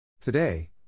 Today